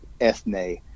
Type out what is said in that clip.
ethne